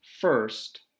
first